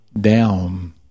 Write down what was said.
down